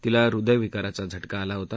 तिला हृद्यविकाराचा झटका आला होता